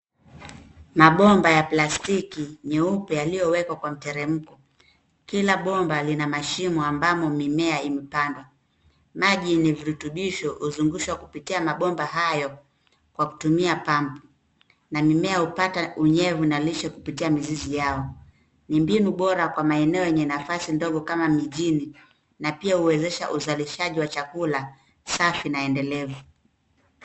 Mabomba ya plastiki nyeupe yaliyowekwa kwa mteremko. Kila bomba lina mashimo ambamo mimea imepandwa. Maji yenye virutubisho huzungushwa kupitia mabomba hayo kwa kutumia pump na mimea hupata unyevu na lishe kupitia mizizi yao. Ni mbinu bora kwa maeneo yenye nafasi ndogo kama mijini na pia huwezesha uzalishaji wa chakula safi na endelevu.